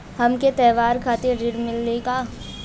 हमके त्योहार खातिर ऋण मिली का?